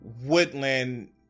woodland